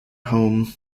home